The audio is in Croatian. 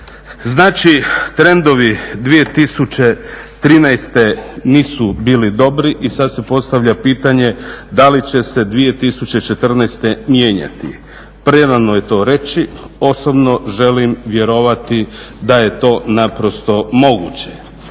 Znači, trendovi 2013. nisu bili dobri i sad se postavlja pitanje da li će se 2014. mijenjati? Prerano je to reći. Osobno želim vjerovati da je to naprosto moguće.